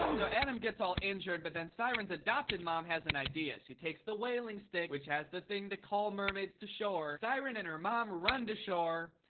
so adam gets all injured, but then siren's adopted mom has an idea. she takes the wailing stick, which has the thing to call mermaids to shore. siren and her mom run to shore,